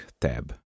tab